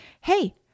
hey